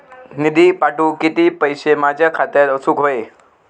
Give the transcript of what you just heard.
निधी पाठवुक किती पैशे माझ्या खात्यात असुक व्हाये?